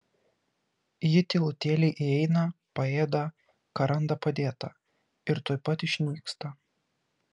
ji tylutėliai įeina paėda ką randa padėta ir tuoj pat išnyksta